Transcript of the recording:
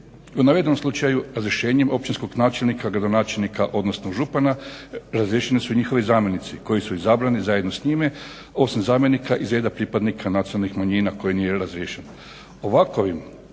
U navedenom slučaju razrješenjem općinskog načelnika, gradonačelnika odnosno župana razriješeni su njihovi zamjenici koji su izabrani zajedno s njime, osim zamjenika iz reda pripadnika nacionalnih manjina koje nije razriješen.